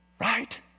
Right